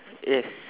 yes